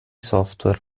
software